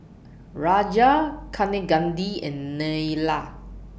Raja Kaneganti and Neila